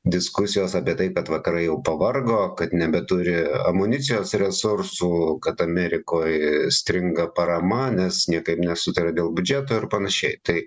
diskusijos apie tai kad vakarai jau pavargo kad nebeturi amunicijos ir resursų kad amerikoj stringa parama nes niekaip nesutaria dėl biudžeto ir panašiai tai